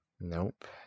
Nope